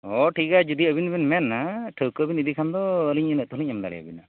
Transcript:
ᱦᱮᱸ ᱴᱷᱤᱠ ᱜᱮᱭᱟ ᱡᱩᱫᱤ ᱟᱵᱤᱱᱵᱤᱱ ᱢᱮᱱᱟ ᱴᱷᱟᱹᱣᱠᱟᱹᱵᱤᱱ ᱤᱫᱤᱭ ᱠᱷᱟᱱᱫᱚ ᱟᱹᱞᱤᱧ ᱤᱱᱟᱹᱜ ᱛᱮᱦᱚᱸᱞᱤᱧ ᱮᱢ ᱫᱟᱲᱮᱭᱟᱵᱤᱱᱟ